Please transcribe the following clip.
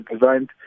designed